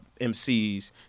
MCs